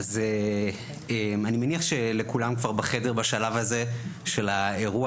אז אני מניח שלכולם כבר בחדר בשלב הזה של האירוע,